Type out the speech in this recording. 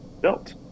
built